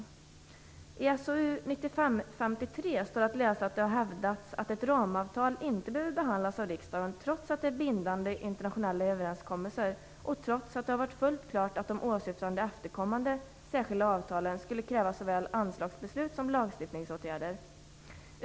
I SOU 1995:53 anförs att det har hävdats att ett ramavtal inte behöver behandlas av riksdagen trots att det är fråga om bindande internationella överenskommelser och trots att det har varit fullt klart att de åsyftade efterkommande särskilda avtalen skulle kräva såväl anslagsbeslut som lagstiftningsåtgärder.